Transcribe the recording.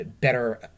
better